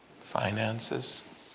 finances